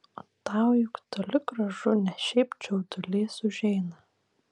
o tau juk toli gražu ne šiaip čiaudulys užeina